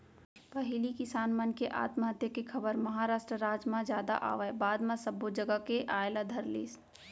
पहिली किसान मन के आत्महत्या के खबर महारास्ट राज म जादा आवय बाद म सब्बो जघा के आय ल धरलिस